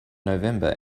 november